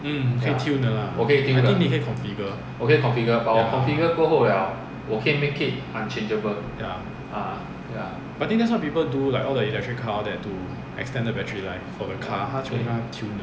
mm 可以 tune 的 lah I think 你可以 configure ya that's what people do all the electric car all that to extend the battery life for the car 他全部跟它 tune